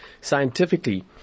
scientifically